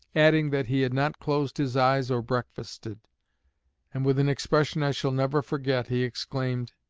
adding that he had not closed his eyes or breakfasted and, with an expression i shall never forget, he exclaimed,